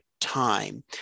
time